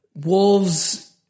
Wolves